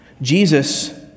Jesus